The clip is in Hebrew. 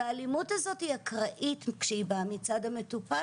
והאלימות הזאתי אקראית וכשהיא באה מצד המטופל,